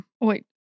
Wait